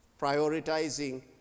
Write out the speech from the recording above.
prioritizing